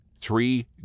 three